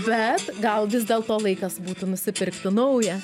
bet gal vis dėlto laikas būtų nusipirkti naują